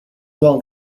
while